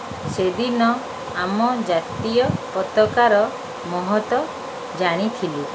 ସେଦିନ ଆମ ଜାତୀୟ ପତାକାର ମହତ୍ୱ ଜାଣିଥିଲି